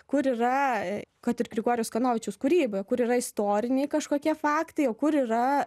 kur yra kad ir grigorijaus kanovičiaus kūryba kur yra istoriniai kažkokie faktai o kur yra